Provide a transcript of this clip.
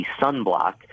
sunblock